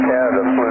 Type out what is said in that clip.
Canada